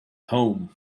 home